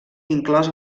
inclòs